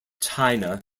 china